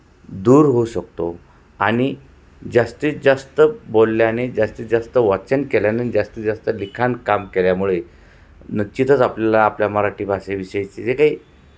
दूर होऊ शकतो आणि जास्तीत जास्त बोलल्याने जास्तीत जास्त वाचन केल्याने जास्तीत जास्त लिखाण काम केल्यामुळे निश्चितच आपल्याला आपल्या मराठी भाषा विषयीचे जे काही